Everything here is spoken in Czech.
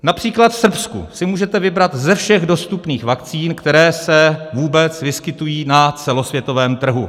Například v Srbsku si můžete vybrat ze všech dostupných vakcín, které se vůbec vyskytují na celosvětovém trhu.